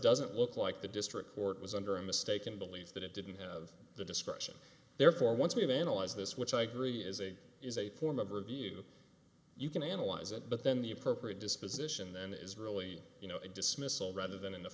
doesn't look like the district court was under a mistaken belief that it didn't have the discretion therefore once we have analyzed this which i agree is a is a form of review you can analyze it but then the appropriate disposition then is really you know a dismissal rather than in